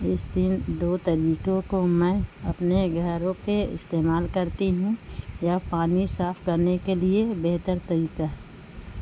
اس دن دو طریقوں کو میں اپنے گھروں پہ استعمال کرتی ہوں یا پانی صاف کرنے کے لیے بہتر طریقہ